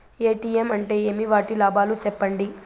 ATM అంటే ఏమి? వాటి లాభాలు సెప్పండి